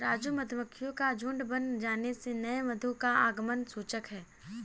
राजू मधुमक्खियों का झुंड बन जाने से नए मधु का आगमन का सूचक है